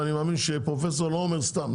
ואני מאמין שפרופסור לא אומר סתם,